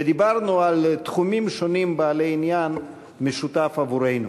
ודיברנו על תחומים שונים בעלי עניין משותף עבורנו.